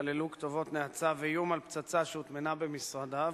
שכללו כתובות נאצה ואיום על פצצה שהוטמנה במשרדיו,